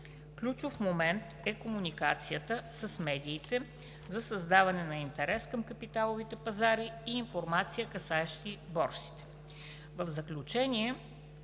Ключов момент е комуникацията с медиите за създаване на интерес към капиталовите пазари и информация, касаеща борсите. В заключение